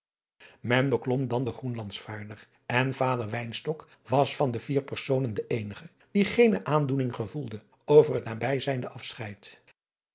men beklom dan den groenlandsvaarder en vader wynstok was van de vier personen de eenige die geene aandoening gevoelde over het nabij zijnde afscheid